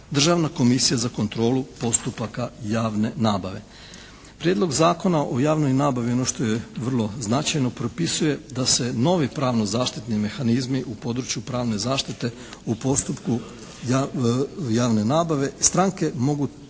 državna komisija za kontrolu postupaka javne nabave. Prijedlog Zakona o javnoj nabavi ono što je vrlo značajno propisuje da se novi pravno-zaštitni mehanizmi u području pravne zaštite u postupku javne nabave stranke mogu